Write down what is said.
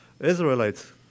Israelites